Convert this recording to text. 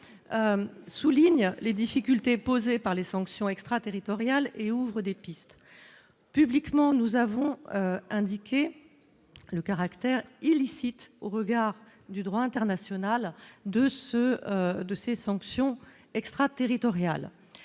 souligne les difficultés posées par les sanctions extraterritoriales et ouvre des pistes publiquement, nous avons indiqué que le caractère illicite au regard du droit international de ce de ces sanctions extraterritoriales,